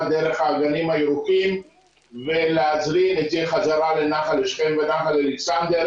דרך האגנים הירוקים ולהזרים את זה חזרה לנחל שכם ונחל אלכסנדר.